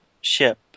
ship